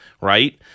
right